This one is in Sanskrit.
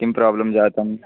किं प्रोब्लम् जातं